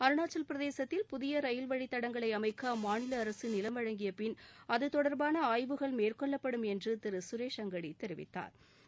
அருணாச்சவப் பிரதேசத்தில் புதிய ரயில் வழித் தடங்களை அமைக்க அம்மாநில அரசு நிலம் வழங்கிய பின் அதுதொடர்பான ஆய்வுகள் மேற்கொள்ளப்படும் என்று தெரிவித்தாா்